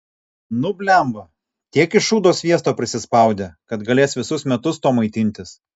nu blemba tiek iš šūdo sviesto prisispaudė kad galės visus metus tuo maitintis